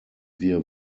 wir